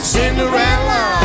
Cinderella